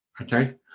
okay